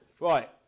right